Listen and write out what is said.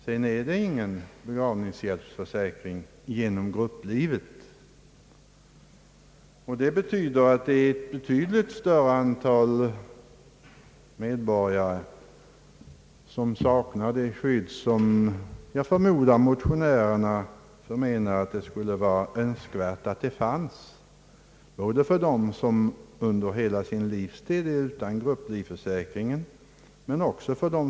Därefter utgår ingen begravningshjälp genom grupplivförsäkringen, och detta betyder att ett mycket stort antal medborgare saknar det skydd vilket enligt motionärernas mening bör finnas både för dem som under hela sin livstid saknar grupplivförsäkring och för dem.